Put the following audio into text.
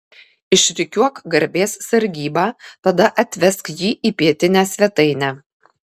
išrikiuok garbės sargybą tada atvesk jį į pietinę svetainę